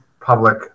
public